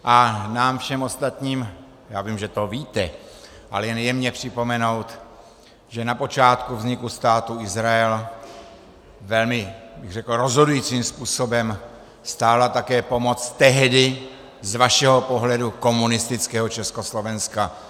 A nám všem ostatním já vím, že to víte ale jen jemně připomenout, že na počátku vzniku Státu Izrael velmi rozhodujícím způsobem stála také pomoc tehdy z vašeho pohledu komunistického Československa.